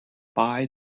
buy